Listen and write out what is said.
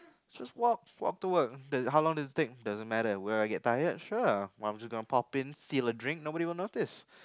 just walk walk to work that's how long does it take doesn't matter when I get tired sure just pop in steal a drink nobody will notice